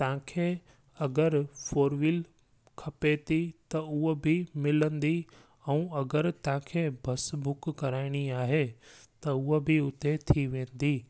तव्हांखे अगरि फोरवील खपे थी त उहो बि मिलंदी ऐं अगरि तव्हांखे बस बुक कराइणी आहे त उहा बि उते थी वेंदी